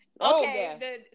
Okay